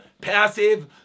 Passive